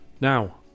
Now